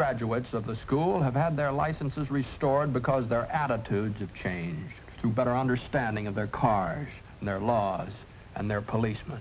graduates of the school have had their licenses restored because their attitudes have changed to better understanding of their cars and their laws and their policeman